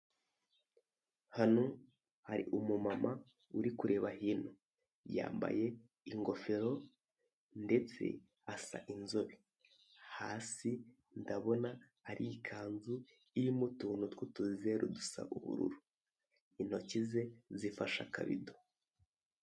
Hano hari umumama uri kureba hino. Yambaye ingofero, ndetse asa inzobe. Hasi ndabona ari ikanzu irimo utuntu tw'utuzeru, dusa ubururu. Intoki ze zifashe akabido.